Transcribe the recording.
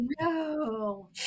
no